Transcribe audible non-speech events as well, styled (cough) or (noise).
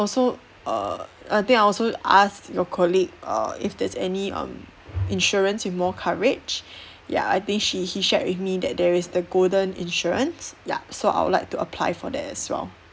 also err I think I also asked your colleague err if there's any um insurance with more coverage (breath) ya I think she he shared with me that there is the golden insurance yup so I would like to apply for that as well